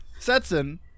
Setson